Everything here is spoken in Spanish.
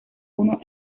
uno